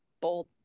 bold